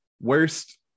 worst